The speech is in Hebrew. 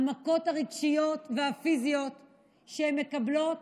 המכות הרגשיות והפיזיות שהן מקבלות,